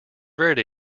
verde